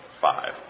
Five